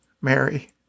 Mary